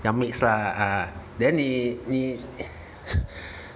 你要 mix lah ah then 你你